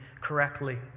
correctly